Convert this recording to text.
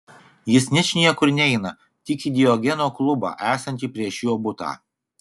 jis ničniekur neina tik į diogeno klubą esantį prieš jo butą